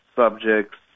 Subjects